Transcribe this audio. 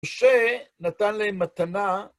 משה נתן להם מתנה